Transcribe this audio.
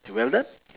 you well done